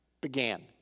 began